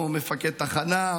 לא מפקד תחנה,